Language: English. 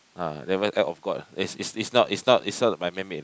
ah that one act of god ah it's it's it's not it's not it's not by man made